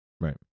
Right